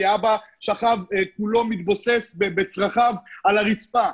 כי האבא שכב כולו מתבוסס בצרכיו על הריצפה.